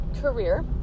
career